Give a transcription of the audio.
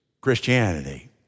Christianity